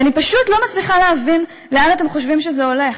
ואני פשוט לא מצליחה להבין לאן אתם חושבים שזה הולך.